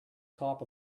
top